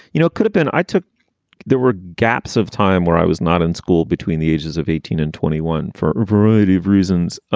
you know, could have been. i took there were gaps of time where i was not in school between the ages of eighteen and twenty one for a variety of reasons.